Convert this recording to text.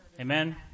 amen